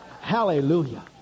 hallelujah